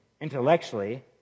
intellectually